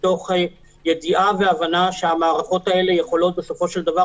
מתוך ידיעה והבנה שהמערכות האלה יכולות בסופו של דבר